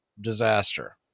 disaster